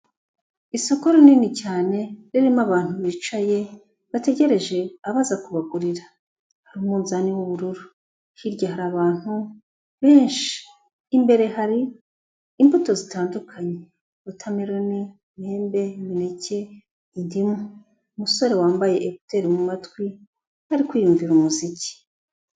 Isoko rinini cyane ririmo abantu bicaye bategereje abaza kubagurira, hari umunzani w'ubururu, hirya hari abantu benshi, imbere hari imbuto zitandukanye, wotameloni, imyembe, imineke, indimu. Umusore wambaye ekuteri mu matwi ari kwiyumvira umuziki.